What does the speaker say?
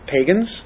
pagans